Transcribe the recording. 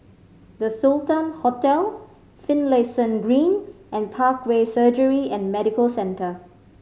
The Sultan Hotel Finlayson Green and Parkway Surgery and Medical Centre